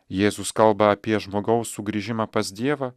jėzus kalba apie žmogaus sugrįžimą pas dievą